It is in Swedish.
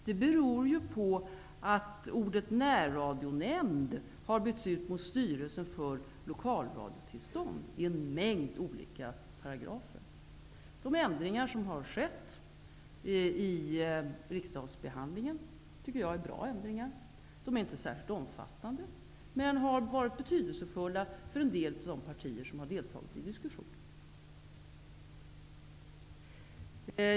Det beror på att ordet Närradionämnden har bytts ut mot Styrelsen för lokalradiotillstånd. Det är en mängd olika paragrafer. De ändringar som har gjorts vid riksdagsbehandlingen tycker jag är bra. De är inte särskilt omfattande, men de har varit betydelsefulla för en del av de partier som deltagit i diskussionen.